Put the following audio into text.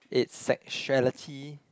it's sexuality